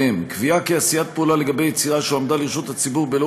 והם: קביעה כי עשיית פעולה לגבי יצירה שהועמדה לרשות הציבור בלא